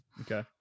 okay